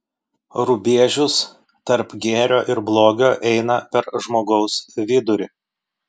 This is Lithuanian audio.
rubežius tarp gėrio ir blogio eina per žmogaus vidurį